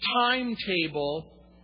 timetable